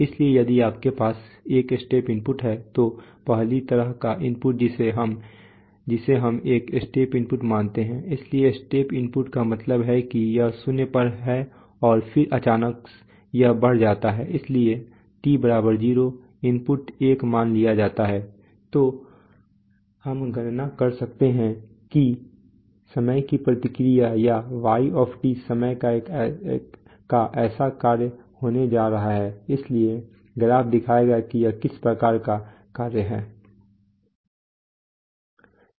इसलिए यदि आपके पास एक स्टेप इनपुट है तो पहली तरह का इनपुट जिसे हम एक स्टेप इनपुट मानते हैं इसलिए स्टेप इनपुट का मतलब है कि यह शून्य पर है और फिर अचानक यह बढ़ जाता है इसलिए t 0 इनपुट 1 मान लिया जाता है तो हम गणना कर सकते हैं कि समय की प्रतिक्रिया या y समय का ऐसा कार्य होने जा रहा है इसलिए ग्राफ दिखाएगा कि यह किस प्रकार का कार्य है